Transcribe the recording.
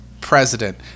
president